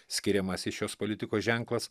skiriamasis šios politikos ženklas